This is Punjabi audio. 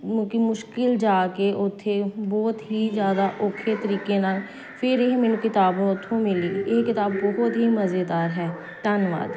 ਕੀ ਮੁਸ਼ਕਿਲ ਜਾ ਕੇ ਉੱਥੇ ਬਹੁਤ ਹੀ ਜ਼ਿਆਦਾ ਔਖੇ ਤਰੀਕੇ ਨਾਲ ਫਿਰ ਇਹ ਮੈਨੂੰ ਕਿਤਾਬ ਉੱਥੋਂ ਮਿਲੀ ਇਹ ਕਿਤਾਬ ਬਹੁਤ ਹੀ ਮਜ਼ੇਦਾਰ ਹੈ ਧੰਨਵਾਦ